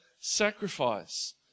sacrifice